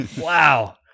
Wow